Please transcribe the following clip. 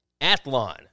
Athlon